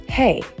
Hey